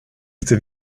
chce